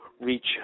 reach